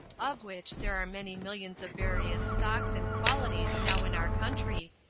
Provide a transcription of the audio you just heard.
of which there are many millions of various stocks and qualities now in our country,